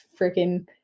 freaking